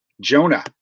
Jonah